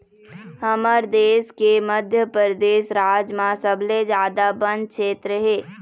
हमर देश के मध्यपरेदस राज म सबले जादा बन छेत्र हे